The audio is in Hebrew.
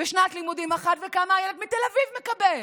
בשנת לימודים אחת וכמה הילד מתל אביב מקבל.